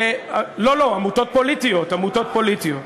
עמותות פוליטיות.